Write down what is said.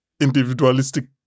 individualistic